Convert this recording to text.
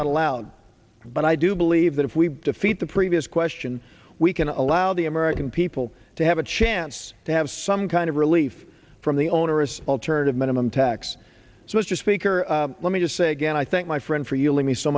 not allowed but i do believe that if we defeat the previous question we can allow the american people to have a chance to have some kind of relief from the onerous alternative minimum tax so it's just fake or let me just say again i thank my friend for yelling me so